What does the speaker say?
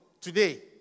today